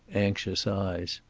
anxious eyes.